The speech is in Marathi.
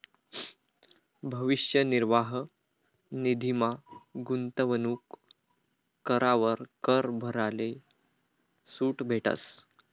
भविष्य निर्वाह निधीमा गूंतवणूक करावर कर भराले सूट भेटस